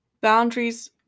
boundaries